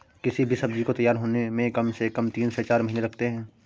किसी भी सब्जी को तैयार होने में कम से कम तीन से चार महीने लगते हैं